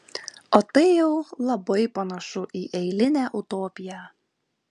o tai jau labai panašu į eilinę utopiją